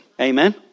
Amen